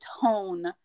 tone